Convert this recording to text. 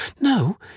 No